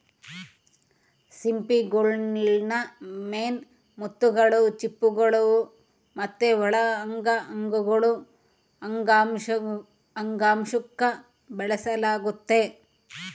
ಸಿಂಪಿಗುಳ್ನ ಮೇನ್ ಮುತ್ತುಗುಳು, ಚಿಪ್ಪುಗುಳು ಮತ್ತೆ ಒಳ ಅಂಗಗುಳು ಅಂಗಾಂಶುಕ್ಕ ಬೆಳೆಸಲಾಗ್ತತೆ